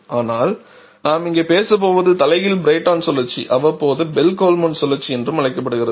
ஆனால் நாம் இங்கு பேசப் போவது தலைகீழ் பிரைட்டன் சுழற்சி அவ்வப்போது பெல் கோல்மன் சுழற்சி என்றும் அழைக்கப்படுகிறது